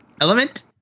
element